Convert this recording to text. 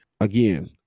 again